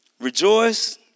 Rejoice